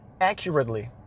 accurately